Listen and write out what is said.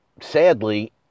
sadly